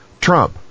Trump